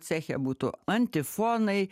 ceche būtų antifonai